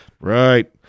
Right